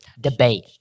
Debate